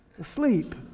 asleep